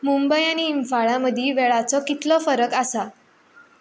मुंबय आनी इंफाळा मदीं वेळाचो कितलो फरक आसा